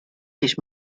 dich